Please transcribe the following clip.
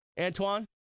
Antoine